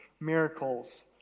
miracles